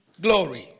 Glory